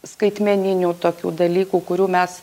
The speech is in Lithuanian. skaitmeninių tokių dalykų kurių mes